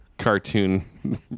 Cartoon